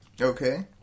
Okay